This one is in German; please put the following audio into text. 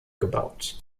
gebaut